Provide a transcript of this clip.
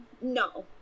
no